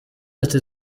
ati